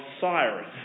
Cyrus